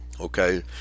okay